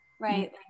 right